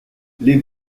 les